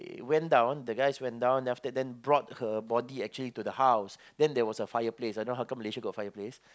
they went down the guys went down then after that brought her body actually to the house then there was a fireplace I don't know how come Malaysia got fireplace